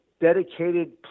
dedicated